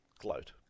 Gloat